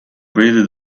breathed